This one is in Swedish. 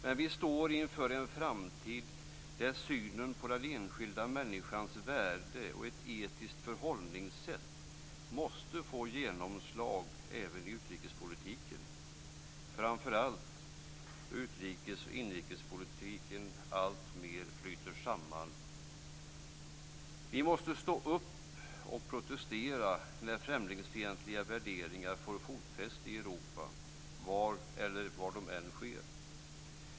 Men vi står inför en framtid där synen på den enskilda människans värde och ett etiskt förhållningssätt måste få genomslag även i utrikespolitiken, framför allt då utrikespolitiken och inrikespolitiken alltmer flyter samman. Vi måste stå upp och protestera när främlingsfientliga värderingar får fotfäste i Europa var så än sker.